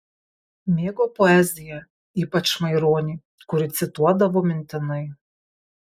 mėgo poeziją ypač maironį kurį cituodavo mintinai